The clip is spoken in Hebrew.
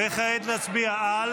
כעת נצביע על